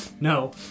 No